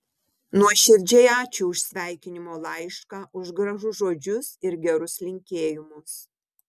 nuoširdžiai ačiū už sveikinimo laišką už gražius žodžius ir gerus linkėjimus